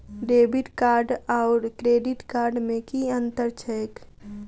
Debit card आओर credit card मे की अन्तर छैक?